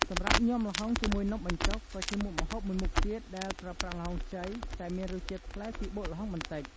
សម្រាប់ញាំល្ហុងជាមួយនំបញ្ចុក ក៏ជាមុខម្ហូបមួយមុខទៀតដែលប្រើប្រាស់ល្ហុងខ្ចី តែមានរសជាតិប្លែកពីបុកល្ហុងបន្តិច។